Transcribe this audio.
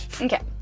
Okay